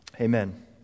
Amen